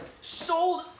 Sold